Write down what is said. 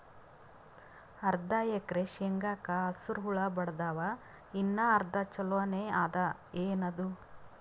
ಅರ್ಧ ಎಕರಿ ಶೇಂಗಾಕ ಹಸರ ಹುಳ ಬಡದಾವ, ಇನ್ನಾ ಅರ್ಧ ಛೊಲೋನೆ ಅದ, ಏನದು?